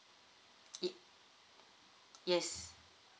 !ee! yes